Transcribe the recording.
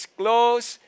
close